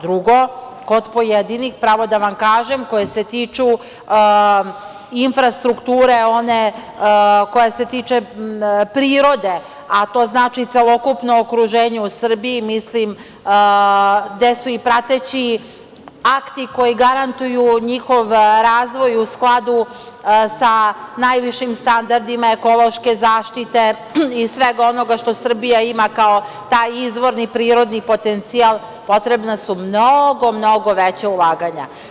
Drugo, kod pojedinih, pravo da vam kažem, koje se tiču infrastrukture, one koje se tiču prirode, a to znači celokupno okruženje u Srbiji, mislim, gde su i prateći akti koji garantuju njihov razvoj u skladu sa najvišim standardima ekološke zaštite i svega onoga što Srbija ima kao taj izvorni prirodni potencijal, potrebna su mnogo, mnogo veća ulaganja.